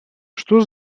что